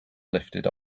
lifted